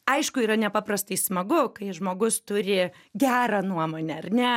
aišku yra nepaprastai smagu kai žmogus turi gerą nuomonę ar ne